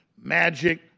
magic